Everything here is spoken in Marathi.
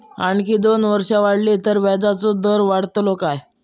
आणखी दोन वर्षा वाढली तर व्याजाचो दर वाढतलो काय?